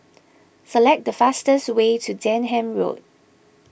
select the fastest way to Denham Road